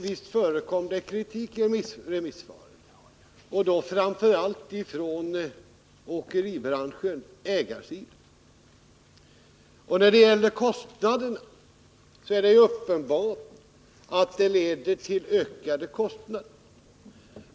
Visst förekom det kritik i remissvaren, framför allt från åkeribranschen, dvs. från ägarsidan. När det gäller kostnaderna är det uppenbart att det skulle leda till ökade kostnader.